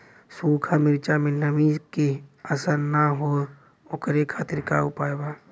सूखा मिर्चा में नमी के असर न हो ओकरे खातीर का उपाय बा?